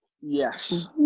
Yes